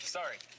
Sorry